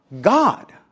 God